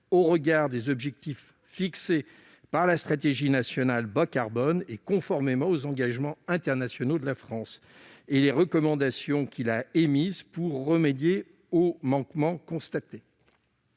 au regard des objectifs fixés par la stratégie nationale bas-carbone et conformément aux engagements internationaux de la France, et les recommandations qu'il a émises pour remédier aux manquements constatés.